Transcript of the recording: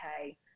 okay